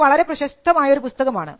അത് വളരെ പ്രശസ്തമായ ഒരു പുസ്തകമാണ്